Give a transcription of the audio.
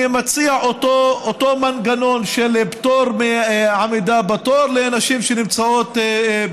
אני מציע את אותו מנגנון של פטור מעמידה בתור לנשים בהיריון.